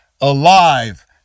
alive